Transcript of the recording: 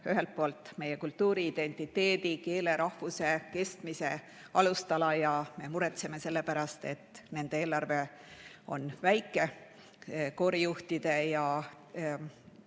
ühelt poolt meie kultuuriidentiteedi, keele, rahvuse kestmise alustala ja me muretseme selle pärast, et koorijuhtide eelarve on väike. Niisugused